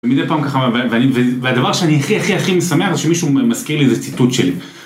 ומידי פעם ככה, והדבר שאני הכי הכי הכי משמח זה שמישהו מזכיר לי איזה ציטוט שלי.